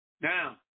Now